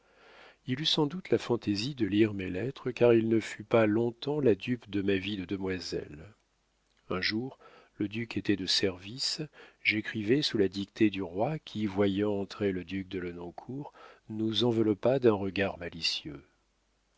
il eut sans doute la fantaisie de lire mes lettres car il ne fut pas long-temps la dupe de ma vie de demoiselle un jour le duc était de service j'écrivais sous la dictée du roi qui voyant entrer le duc de lenoncourt nous enveloppa d'un regard malicieux